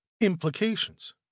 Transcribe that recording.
implications